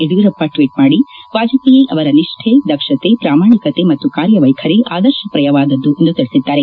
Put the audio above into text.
Yediyurappa tweet ಮಾಡಿ ವಾಜಪೇಯಿ ಅವರ ನಿಷ್ಠೆ ದಕ್ಷತೆ ಪ್ರಾಮಾಣಿಕತೆ ಮತ್ತು ಕಾರ್ಯವೈಖರಿ ಆದರ್ಶಪ್ರಾಯವಾದದ್ದು ಎಂದು ತಿಳಿಸಿದ್ದಾರೆ